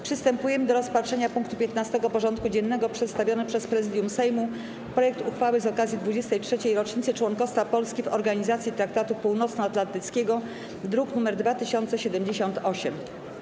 Przystępujemy do rozpatrzenia punktu 15. porządku dziennego: Przedstawiony przez Prezydium Sejmu projekt uchwały z okazji 23. rocznicy członkostwa Polski w Organizacji Traktatu Północnoatlantyckiego (druk nr 2078)